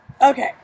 okay